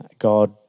God